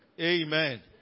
Amen